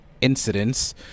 incidents